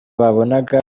babonaga